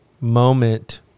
moment